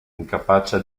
incapace